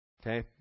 Okay